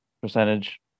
percentage